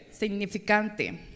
Significante